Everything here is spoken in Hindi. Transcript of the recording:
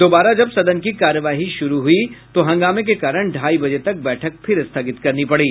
दोबारा जब सदन की कार्यवाही शुरू हुई तो हंगामे के कारण ढाई बजे तक बैठक फिर स्थगित करनी पड़ी